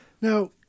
Now